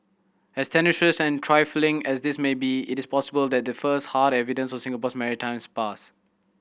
as tenuous and trifling as this may be it is possible that the first hard evidence of Singapore's maritime past